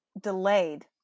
delayed